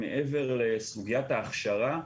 מעבר לסוגיית ההכשרה,